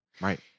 right